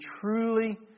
truly